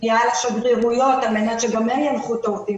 פנייה לשגרירויות על מנת שגם הם ינחו את העובדים.